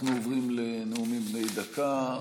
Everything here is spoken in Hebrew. אנחנו עוברים לנאומים בני דקה.